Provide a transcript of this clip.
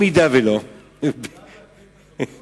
אתה בעד להקפיא את ההתנחלויות?